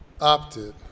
opted